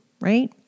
right